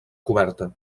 coberta